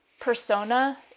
persona